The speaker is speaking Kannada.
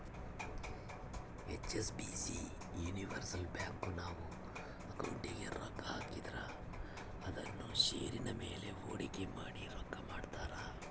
ಹೆಚ್.ಎಸ್.ಬಿ.ಸಿ ಯೂನಿವರ್ಸಲ್ ಬ್ಯಾಂಕು, ನಾವು ಅಕೌಂಟಿಗೆ ರೊಕ್ಕ ಹಾಕಿದ್ರ ಅದುನ್ನ ಷೇರಿನ ಮೇಲೆ ಹೂಡಿಕೆ ಮಾಡಿ ರೊಕ್ಕ ಮಾಡ್ತಾರ